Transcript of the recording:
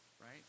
right